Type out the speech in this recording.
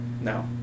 No